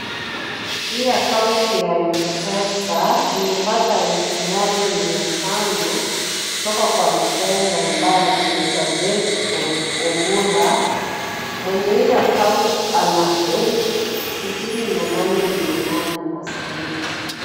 Hii account ya Mpesa imepata elfu moja mia tano kutoka kwa mteja ambaye anaitwa Bet Ogura. Mwenye hii account ana elfu sitini na nane mia nane kwa Simu.